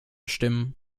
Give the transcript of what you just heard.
stimmen